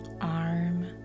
arm